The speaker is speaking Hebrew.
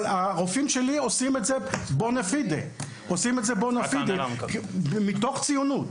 אבל הרופאים שלי עושים את זה בונה פידה ובאמת מתוך ציונות.